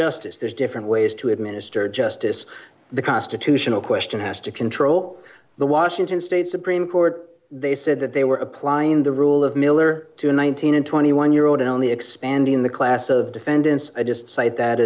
justice there's different ways to administer justice the constitutional question has to control the washington state supreme court they said that they were applying the rule of miller to one thousand and twenty one year old and only expanding the class of defendants i just cited that